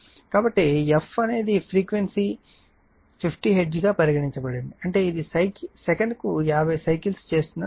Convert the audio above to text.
కాబట్టి f అనేది frequency 50 hertz గా పరిగణించండి అంటే ఇది సెకనుకు 50 సైకిల్స్ చేస్తుందని అర్థం